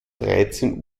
dreizehn